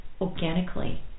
organically